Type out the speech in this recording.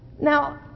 Now